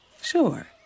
sure